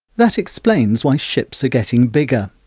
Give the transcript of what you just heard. that explains why ships are getting bigger,